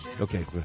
Okay